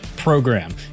Program